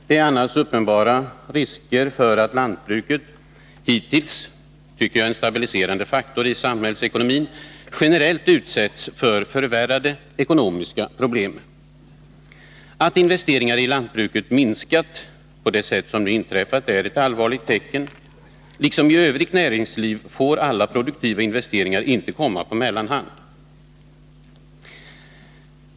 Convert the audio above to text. Det är annars uppenbara risker för att lantbruket — hittills en stabiliserande faktor i samhällsekonomin — generellt utsätts för förvärrade ekonomiska problem. Att investeringarna i lantbruket minskat på det sätt som nu inträffat är ett allvarligt tecken. Liksom i övrigt näringsliv får alla produktiva investeringar inte komma på mellanhand.